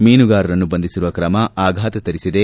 ಮೀನುಗಾರರನ್ನು ಬಂಧಿಸಿರುವ ಕ್ರಮ ಆಘಾತ ತರಿಸಿದೆ